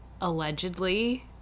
allegedly